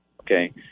Okay